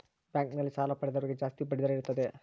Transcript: bank ನಲ್ಲಿ ಸಾಲ ಪಡೆದವರಿಗೆ ಜಾಸ್ತಿ ಬಡ್ಡಿ ದರ ಇರುತ್ತದೆ